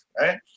Right